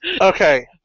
Okay